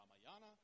Ramayana